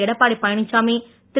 Edappadi Palaniswami Thiru